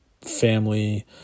family